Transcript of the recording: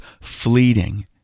fleeting